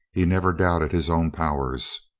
he never doubted his own powers.